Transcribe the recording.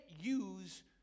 use